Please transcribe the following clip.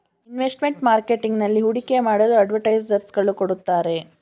investment marketing ನಲ್ಲಿ ಹೂಡಿಕೆ ಮಾಡಲು ಅಡ್ವೈಸರ್ಸ್ ಗಳು ಕೊಡುತ್ತಾರೆ